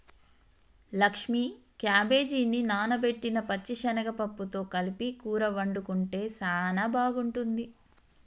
లక్ష్మీ క్యాబేజిని నానబెట్టిన పచ్చిశనగ పప్పుతో కలిపి కూర వండుకుంటే సానా బాగుంటుంది